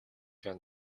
байна